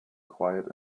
quiet